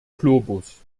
globus